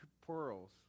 pearls